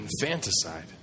infanticide